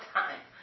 time